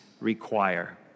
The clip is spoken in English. require